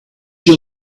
you